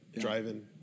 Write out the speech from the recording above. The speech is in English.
driving